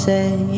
Say